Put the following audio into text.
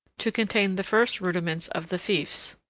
to contain the first rudiments of the fiefs,